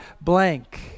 blank